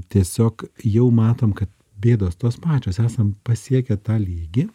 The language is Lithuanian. tiesiog jau matom kad bėdos tos pačios esam pasiekę tą lygį